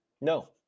No